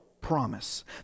promise